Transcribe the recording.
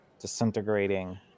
disintegrating